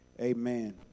Amen